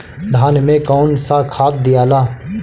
धान मे कौन सा खाद दियाला?